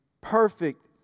perfect